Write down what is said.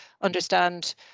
understand